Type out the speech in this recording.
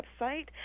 website